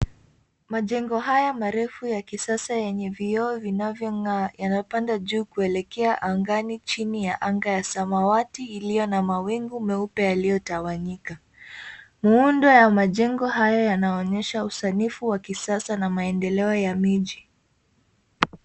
Majengo haya marefu ya kisasa yenye vioo vinavyong'aa yanapanda juu kuelekea angani chini ya anga ya samawati iliyo na mawingu meupe yaliyotawanyika. Muundo ya majengo hayo yanaonyesha usanifu wa kisasa na maendeleo ya miji.